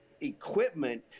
equipment